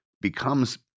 becomes